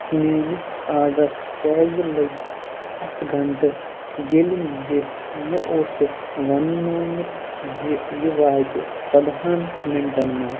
میٛٲنِس آرڈرَس کیٛازِ لٔگۍ ستھ گھنٛٹہٕ ییٚلہِ زِ مےٚ اوسُکھ ونوومُت زِ یہِ واتہِ ژۅدہان مِنٹَن منٛز